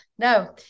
No